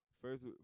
First